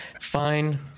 Fine